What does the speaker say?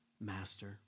Master